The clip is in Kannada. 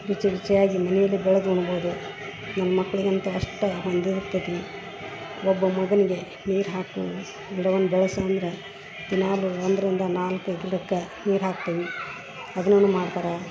ರುಚಿ ರುಚಿಯಾಗಿ ಮನೆಯಲ್ಲೆ ಬೆಳ್ದ ಉಣ್ಬೋದು ನಮ್ಮ ಮಕ್ಕಳಿಗಂತೂ ಅಷ್ಟ ಹೋಗ್ತತಿ ಒಬ್ಬ ಮಗನ್ಗೆ ನೀರು ಹಾಕು ಗಿಡವನ್ನ ಬೆಳ್ಸ ಅಂದರೆ ದಿನಾಗಲು ಒಂದರಿಂದ ನಾಲ್ಕು ಗಿಡಕ್ಕೆ ನೀರು ಹಾಕ್ತೇವಿ ಅದ್ನನು ಮಾಡ್ತರ